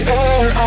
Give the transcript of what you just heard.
air